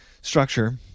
structure